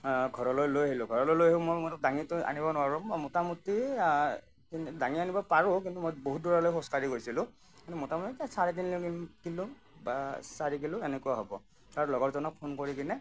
ঘৰলৈ লৈ আহিলোঁ ঘৰলৈ লৈ মইতো দাঙিতো আনিব নোৱাৰোঁ মোটামুটি দাঙি আনিব পাৰোঁ কিন্তু মই বহুত দূৰলৈ খোজকাঢ়ি গৈছিলোঁ মোটামুটি চাৰে তিনি কিলো বা চাৰি কিলো এনেকুৱা হ'ব আৰু লগৰজনক ফোন কৰি কিনে